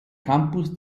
campus